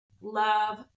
love